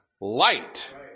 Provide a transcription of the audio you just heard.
light